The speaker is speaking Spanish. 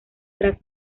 tras